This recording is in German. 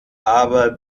aber